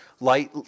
light